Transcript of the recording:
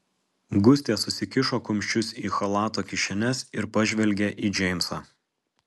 gustė susikišo kumščius į chalato kišenes ir pažvelgė į džeimsą